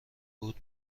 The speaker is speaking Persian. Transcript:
بود